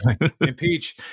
impeach